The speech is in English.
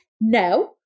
no